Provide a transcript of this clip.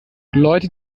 leute